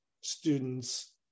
students